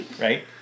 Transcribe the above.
right